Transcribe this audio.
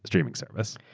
streaming service.